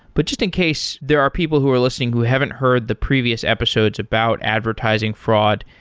but just in case there are people who are listening who haven't heard the previous episodes about advertising fraud,